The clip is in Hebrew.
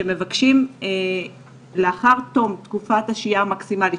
שמבקשים לאחר תום התקופה המקסימלית,